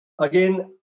again